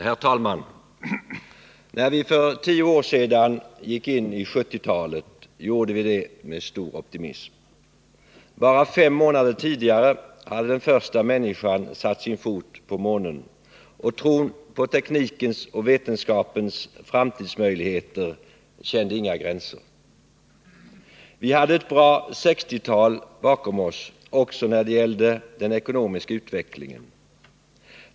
Herr talman! När vi för tio år sedan gick in i 1970-talet gjorde vi det med stor optimism. Bara fem månader tidigare hade den första människan satt sin fot på månen, och tron på teknikens och vetenskapens framtidsmöjligheter kände inga gränser. Vi hade ett bra 1960-tal bakom oss också när det gällde den ekonomiska utvecklingen.